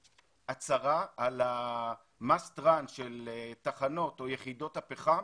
הצהרה על ה-Must Run של תחנות או יחידות הפחם